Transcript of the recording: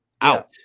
out